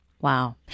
Wow